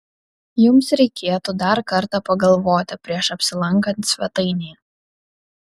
jums reikėtų dar kartą pagalvoti prieš apsilankant svetainėje